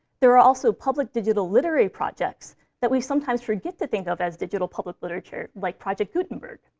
there are also public digital literary projects that we sometimes forget to think of as digital public literature, like project gutenberg.